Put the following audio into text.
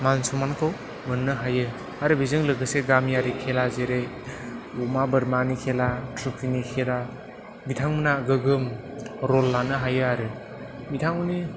मान सनमानखौ मोननो हायो आरो बेजों लोगोसे गामियारि खेला जेरैै अमा बोरमानि खेला थ्रुफिनि खेला बिथांमोना गोगोम रल लानो हायो आरो बिथांमोननि